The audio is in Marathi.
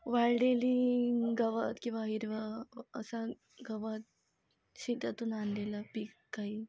वाळलेली गवत किंवा हिरवं असं गवत शेतातून आणलेलं पीक काही